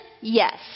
yes